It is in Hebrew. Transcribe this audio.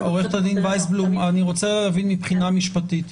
אני רוצה להבין מבחינה משפטית.